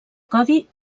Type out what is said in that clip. codi